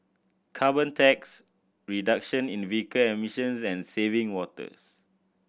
carbon tax reduction in vehicle emissions and saving waters